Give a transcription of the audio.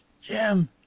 Jim